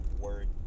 word